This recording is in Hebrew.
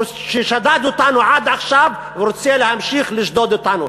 ששדד אותנו עד עכשיו ורוצה להמשיך לשדוד אותנו.